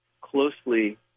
closely